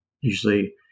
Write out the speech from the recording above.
usually